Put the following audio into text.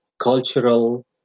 cultural